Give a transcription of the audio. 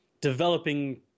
developing